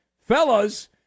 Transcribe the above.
fellas